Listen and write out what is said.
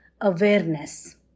awareness